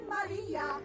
Maria